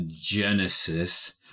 Genesis